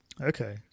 okay